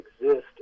exist